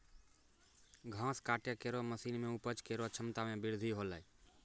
घास काटै केरो मसीन सें उपज केरो क्षमता में बृद्धि हौलै